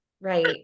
right